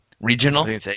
regional